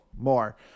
more